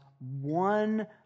one